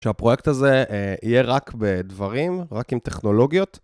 שהפרויקט הזה יהיה רק בדברים, רק עם טכנולוגיות.